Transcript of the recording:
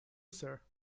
sir